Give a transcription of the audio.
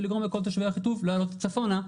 ולגרום לכל תושבי אחיטוב לנוע צפונה,